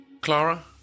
Clara